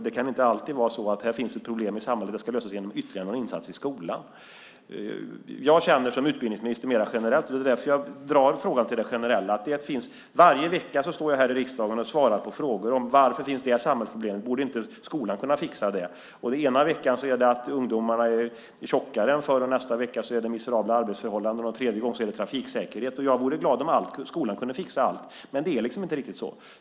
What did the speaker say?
Det kan inte alltid vara så att när man ser ett nytt problem i samhället ska det lösas genom ytterligare någon insats i skolan. Jag känner som utbildningsminister mer generellt - det är därför jag drar frågan till det generella - att jag varje vecka står här i riksdagen och svarar på frågor om varför ett visst samhällsproblem finns och om inte skolan borde kunna fixa det. Den ena veckan gäller det att ungdomarna är tjockare än förr, nästa vecka är det miserabla arbetsförhållanden och tredje gången gäller det trafiksäkerhet. Jag vore glad om skolan kunde fixa allt, men det är liksom inte riktigt så.